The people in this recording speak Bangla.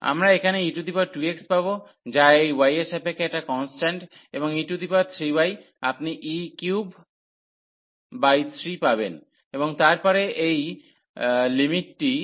আমরা এখানে e2x পাব যা এই y এর সাপেক্ষে একটা কন্সট্যান্ট এবং e3y আপনি e33 পাবেন এবং তারপরে এই লিমিটটি 0 থেকে 1 x হয়ে যাবে